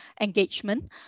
engagement